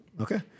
Okay